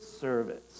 service